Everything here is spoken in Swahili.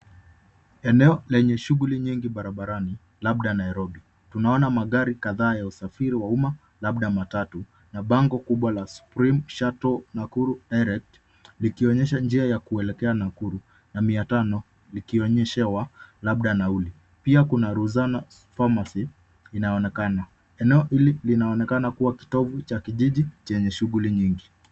Eneo lenye shughuli nyingi barabarani labda Nairobi. Tunaona magari kadhaa ya usafiri wa umma labda matatu na bango kubwa la supreme shuttle Nakuru Direct likionyesha njia ya kuelekea Nakuru na mia tano likionyeshewa labda nauli. Pia kuna Ruzana Pharmacy inaonekana. Eneo hili linaonekana kuwa kitovu cha kijiji chenye shughuli nyingi.